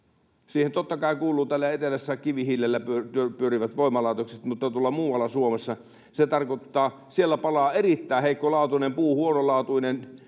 Siihen totta kai kuuluvat täällä etelässä kivihiilellä pyörivät voimalaitokset, mutta tuolla muualla Suomessa se tarkoittaa, että siellä palaa erittäin heikkolaatuinen puu, huonolaatuinen